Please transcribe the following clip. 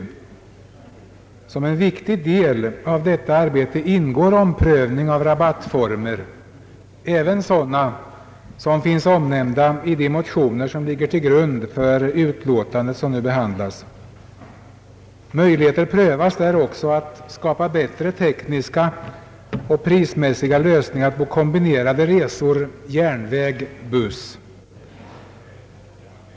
Såsom en viktig del i detta arbete ingår en omprövning av olika rabattformer, även sådana som finns omnämnda i de motioner som ligger till grund för det utlåtande som nu behandlas. Där prövas också möjligheterna att skapa bättre tekniska och prismässiga lösningar på kombinerade resor med järnväg och buss.